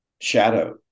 shadow